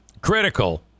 critical